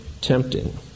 tempting